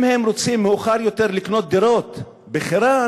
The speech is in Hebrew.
אם הם רוצים מאוחר יותר לקנות דירות בחירן,